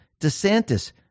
DeSantis